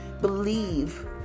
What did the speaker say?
believe